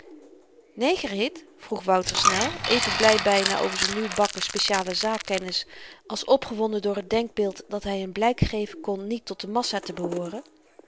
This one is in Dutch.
negerhit vroeg wouter snel even bly byna over z'n nieuwbakken speciale zaakkennis als opgewonden door t denkbeeld dat hy n blyk geven kon niet tot de massa te behooren